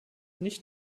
nicht